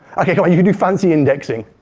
okay, come on, you can do fancy indexing.